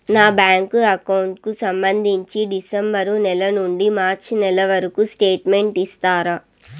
నా bank account కు సంబంధించి డిసెంబరు నెల నుండి మార్చి నెలవరకు స్టేట్మెంట్ ఇస్తారా?